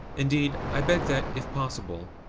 indeed, i beg that, if possible,